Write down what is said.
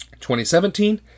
2017